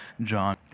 John